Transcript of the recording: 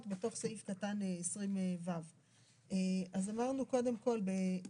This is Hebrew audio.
בתוך סעיף קטן 20ו. אז אמרנו קודם כל אם